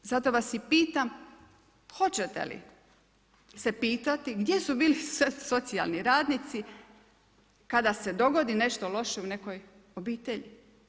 Zato vas i pitam, hoćete li se pitati, gdje su bili socijalni radnici, kada se dogodi nešto loše u nekoj obitelji.